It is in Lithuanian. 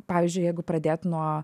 pavyzdžiui jeigu pradėt nuo